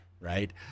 right